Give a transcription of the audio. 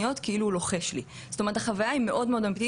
הן אמרו שזה יוצר חוויה פיזית מאוד מבלבלת ומטרידה.